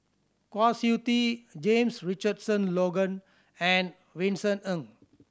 Kwa Siew Tee James Richardson Logan and Vincent Ng